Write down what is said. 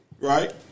Right